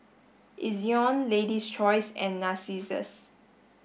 Ezion Lady's Choice and Narcissus